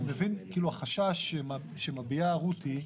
החשש שמביעה רותי,